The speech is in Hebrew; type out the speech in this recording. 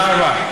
תודה רבה,